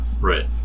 Right